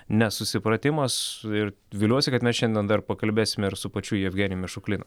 nesusipratimas ir viliuosi kad mes šiandien dar pakalbėsime ir su pačiu jevgenijumi šuklinu